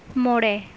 ᱢᱚᱬᱮ